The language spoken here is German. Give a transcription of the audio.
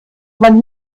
man